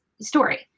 story